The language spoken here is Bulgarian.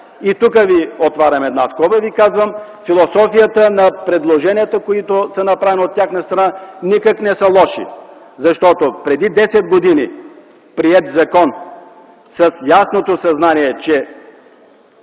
Тук отварям една скоба и ви казвам: философията на предложенията, които са направени от тяхна страна, никак не са лоши. Защото преди 10 години е приет закон с ясното съзнание, че